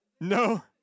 No